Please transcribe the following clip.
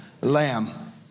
Lamb